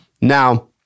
Now